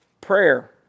Prayer